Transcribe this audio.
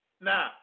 Now